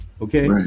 okay